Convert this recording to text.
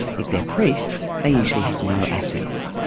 if they're priests, they usually have no assets,